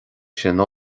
sin